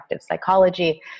psychology